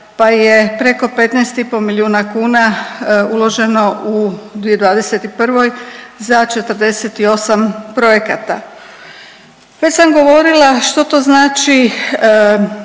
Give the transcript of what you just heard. pa je preko 15 i pol milijuna kuna uloženo u 2021. za 48 projekata. Već sam govorila što to znači